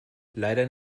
leider